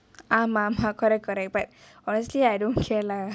ஆமா ஆமா:aama aama correct correct but honestly I don't care lah